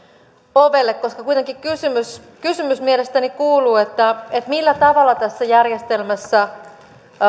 ovelle kuitenkin kysymys kysymys mielestäni kuuluu että millä tavalla tässä järjestelmässä